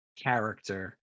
character